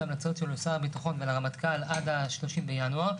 המלצות שלו לשר הביטחון ולרמטכ"ל עד ל-30 בינואר.